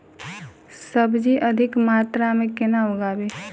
सब्जी अधिक मात्रा मे केना उगाबी?